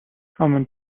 common